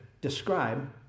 describe